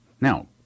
Now